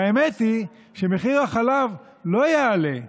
והאמת היא שמחיר החלב לא יעלה.